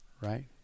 Right